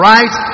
Right